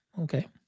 Okay